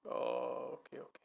oh okay